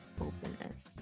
openness